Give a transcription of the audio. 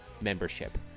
membership